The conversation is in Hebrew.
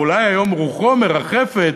אולי היום רוחו מרחפת,